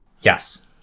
Yes